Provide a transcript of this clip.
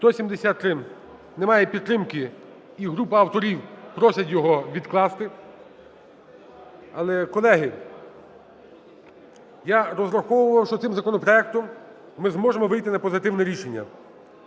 За-173 Немає підтримки. І група авторів просить його відкласти. Але, колеги, я розраховував, що цим законопроектом ми зможемо вийти на позитивне рішення.